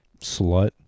slut